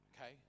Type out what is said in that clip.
Okay